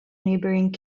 neighbouring